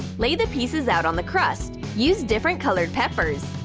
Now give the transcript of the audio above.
lay the pieces out on the crust. use different-colored peppers.